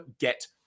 get